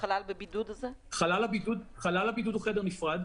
חלל הבידוד הוא חדר נפרד.